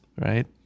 right